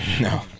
No